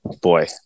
boy